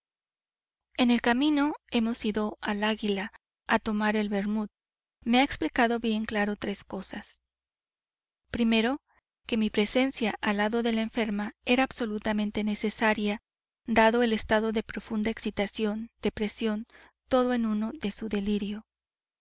en el camino hemos ido al águila a tomar el vermut me ha explicado bien claro tres cosas que mi presencia al lado de la enferma era absolutamente necesaria dado el estado de profunda excitación depresión todo en uno de su delirio